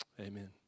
Amen